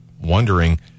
wondering